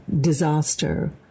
disaster